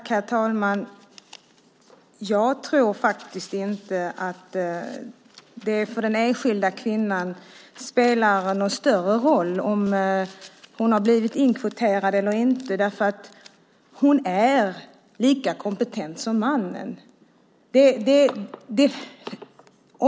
Herr talman! Jag tror inte att det för den enskilda kvinnan spelar någon större roll om hon har blivit inkvoterad eller inte. Hon är lika kompetent som mannen.